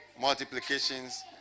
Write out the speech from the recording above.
multiplications